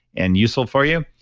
and useful for you.